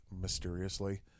mysteriously